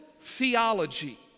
theology